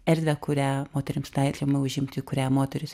erdvę kurią moterims leidžiama užimti kurią moterys